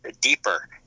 deeper